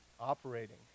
operating